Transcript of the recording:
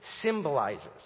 symbolizes